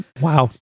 Wow